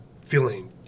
feeling